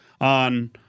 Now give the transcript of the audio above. on